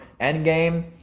Endgame